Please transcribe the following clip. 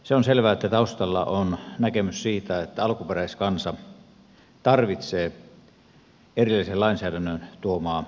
se on selvää että taustalla on näkemys siitä että alkuperäiskansa tarvitsee erillisen lainsäädännön tuomaa suojaa